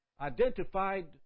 identified